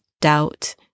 doubt